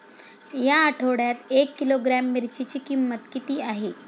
या आठवड्यात एक किलोग्रॅम मिरचीची किंमत किती आहे?